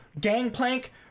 gangplank